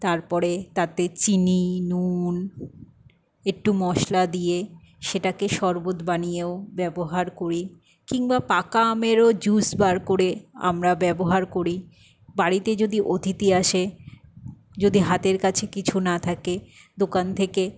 তারপরে তাতে চিনি নুন একটু মশলা দিয়ে সেটাকে শরবত বানিয়েও ব্যবহার করি কিংবা পাকা আমেরও জুস বার করে আমরা ব্যবহার করি বাড়িতে যদি অতিথি আসে যদি হাতের কাছে কিছু না থাকে দোকান থেকে